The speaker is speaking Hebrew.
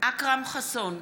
אכרם חסון,